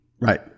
Right